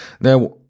Now